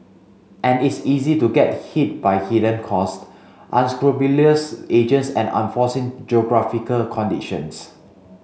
and it's easy to get hit by hidden costs unscrupulous agents and unforeseen geographical conditions